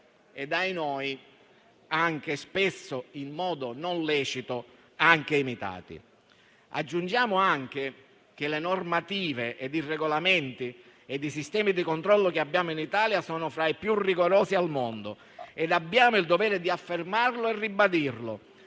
- ahinoi - spesso in modo non lecito. Aggiungiamo anche che le normative, i regolamenti e i sistemi di controllo che abbiamo in Italia sono fra i più rigorosi al mondo e abbiamo il dovere di affermarlo e ribadirlo,